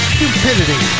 Stupidity